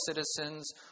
citizens